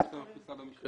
שי סומך, משרד המשפטים.